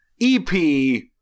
ep